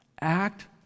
Act